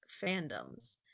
fandoms